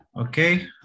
Okay